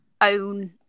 own